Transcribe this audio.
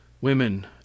women